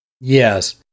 Yes